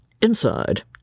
Inside